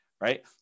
Right